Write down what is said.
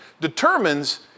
determines